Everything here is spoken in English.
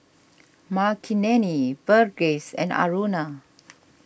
Makineni Verghese and Aruna